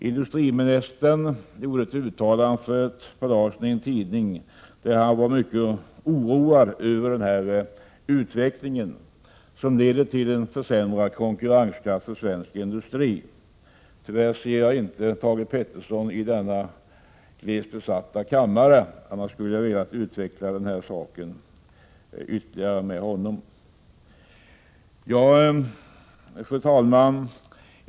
Industriministern gjorde ett uttalande för ett par dagar sedan i en tidning där han var mycket oroad över utvecklingen, som leder till en försämrad konkurrenskraft för svensk industri. Tyvärr ser jag inte Thage G Peterson i denna glest besatta kammare. Annars skulle jag ha velat utveckla denna fråga ytterligare med honom.